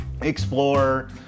explore